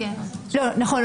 נכון.